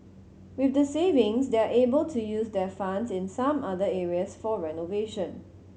with the savings they're able to use their funds in some other areas for renovation